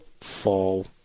fall